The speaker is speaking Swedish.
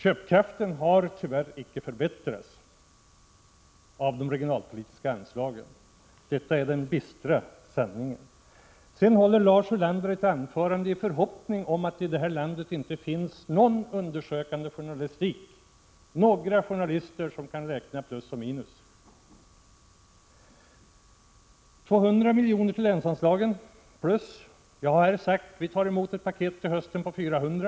I fast penningvärde har tyvärr inte de regionalpolitiska anslagen förbättrats. Detta är den bistra sanningen. Lars Ulander håller ett anförande i förhoppningen om att det i det här landet inte finns någon undersökande journalistik, några journalister som kan räkna plus och minus. 200 miljoner till länsanslag plus det paket som jag har talat om på 400 miljoner — som vi bör behandla till hösten blir 600 miljoner.